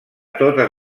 totes